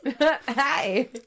Hi